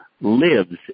lives